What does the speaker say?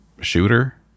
shooter